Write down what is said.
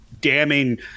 damning